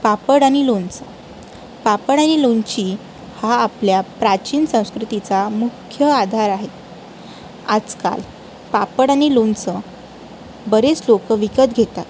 पापड आणि लोणचं पापड आणि लोणची हा आपल्या प्राचीन संस्कृतीचा मुख्य आधार आहे आजकाल पापड आणि लोणचं बरेच लोकं विकत घेतात